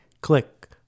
click